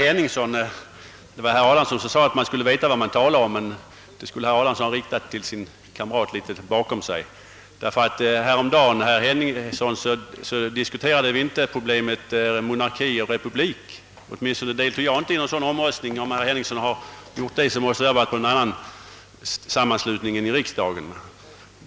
Herr Adamsson sade att man skulle veta vad man talar om, men dessa ord borde han ha riktat till sin kamrat herr Henningsson litet bakom sig. Häromdagen diskuterade vi inte problemet monarki —republik. Åtminstone deltog inte jag i någon sådan omröstning, och har herr Henningson gjort det, måste det ha varit någon annanstans än i riksdagen.